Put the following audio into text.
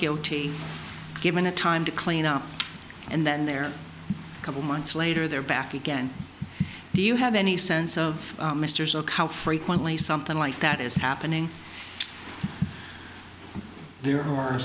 guilty given a time to clean up and then they're a couple months later they're back again do you have any sense of misters of how frequently something like that is happening there are